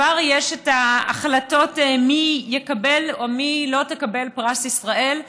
וכבר יש החלטות מי יקבל או מי לא תקבל פרס ישראל.